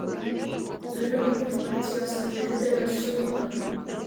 turiu informacijos apie didelę siuntą